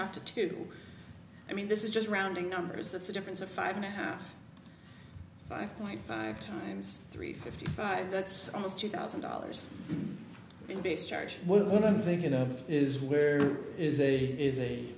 half to two i mean this is just rounding numbers that's a difference of five and a half five point five times three fifty five that's almost two thousand dollars in base charge when i'm thinking of is where is a is a